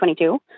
2022